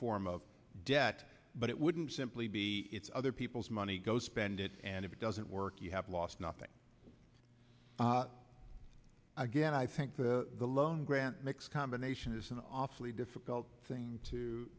form of debt but it wouldn't simply be it's other people's money goes spend it and if it doesn't work you have lost nothing again i think the loan grant mix combination is an awfully difficult thing